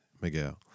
Miguel